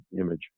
image